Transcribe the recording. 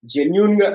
Genuine